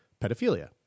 pedophilia